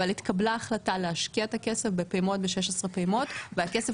אבל התקבלה החלטה להשקיע את הכסף ב-16 פעימות והכסף